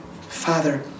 Father